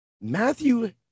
Matthew